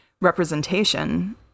representation